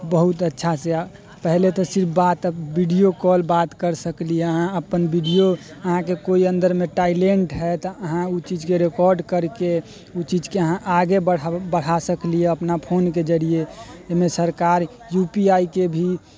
बहुत अच्छासँ पहिले तऽ सिर्फ बात वीडियो कॉल बात करि सकली हँ अहाँ अपन वीडियो अहाँके कोइ अन्दरमे टैलेन्ट हइ तऽ अहाँ ओ चीजके रेकार्ड करिके ओ चीजके अहाँ आगे बढ़ा सकली हँ अपना फोनके जरिए एहिमे सरकार यू पी आइ के भी